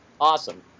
Awesome